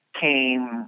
came –